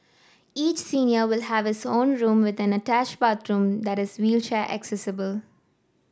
each senior will have his own room with an attached bathroom that is wheelchair accessible